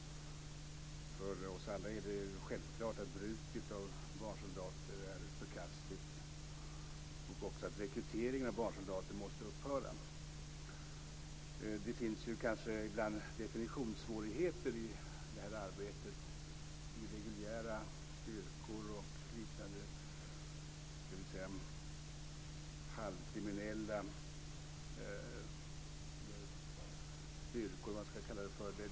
För oss alla är det självklart att bruket av barnsoldater är förkastligt och att rekryteringen av barnsoldater måste upphöra. Det finns kanske ibland definitionssvårigheter i arbetet; irreguljära styrkor och liknande halvkriminella styrkor, eller vad man nu skall kalla dem.